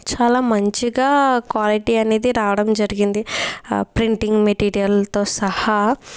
చాలా మంచిగా క్వాలిటి అనేది రావడం జరిగింది ప్రింటింగ్ మెటీరియల్తో సహా